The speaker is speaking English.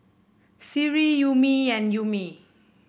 Seri Ummi and Ummi